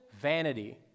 vanity